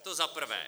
To za prvé.